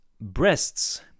breasts